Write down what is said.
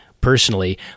personally